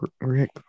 Rick